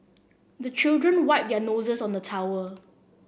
the children wipe their noses on the towel